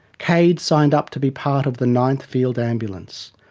cade signed up to be part of the ninth field ambulance.